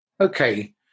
Okay